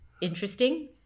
interesting